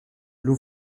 l’eau